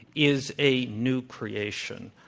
is a new creation.